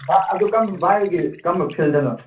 ꯚꯥꯏ ꯑꯗꯨ ꯀꯔꯝꯕ ꯚꯥꯏꯒꯤ ꯀꯔꯝꯕ ꯐꯤꯜꯗꯅꯣ